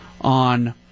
on